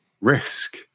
risk